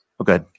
okay